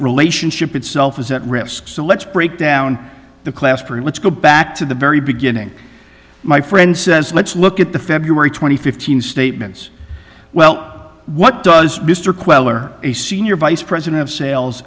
relationship itself is at risk so let's break down the clasp or let's go back to the very beginning my friend says let's look at the february twenty fifth statements well what does mr queller a senior vice president of sales